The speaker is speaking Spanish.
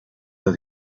los